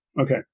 Okay